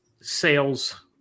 sales